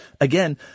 Again